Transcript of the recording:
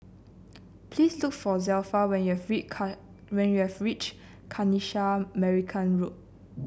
please look for Zelpha when you when you reach Kanisha Marican Road